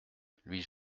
lui